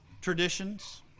Traditions